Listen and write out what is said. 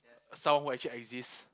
someone who actually exist